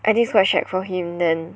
I think it's quite shag for him then